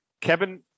Kevin